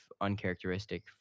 uncharacteristic